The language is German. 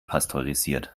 pasteurisiert